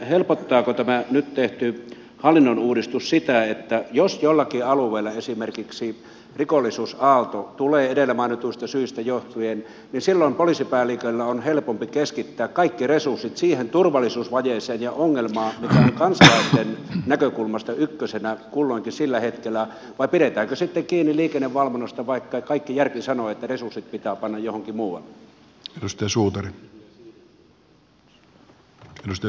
helpottaako tämä nyt tehty hallinnonuudistus sitä että jos jollakin alueella esimerkiksi rikollisuusaalto tulee edellä mainituista syistä johtuen niin silloin poliisipäällikön on helpompi keskittää kaikki resurssit siihen turvallisuusvajeeseen ja ongelmaan joka on kansalaisten näkökulmasta ykkösenä kulloinkin sillä hetkellä vai pidetäänkö sitten kiinni liikennevalvonnasta vaikka kaikki järki sanoo että resurssit pitää panna johonkin muualle